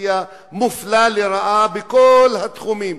אוכלוסייה מופלית לרעה בכל התחומים,